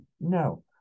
no